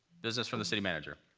business from the city manager?